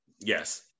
yes